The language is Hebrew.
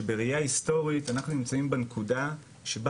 שבראייה הסטורית אנחנו נמצאים בנקודה שבה